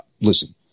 Listen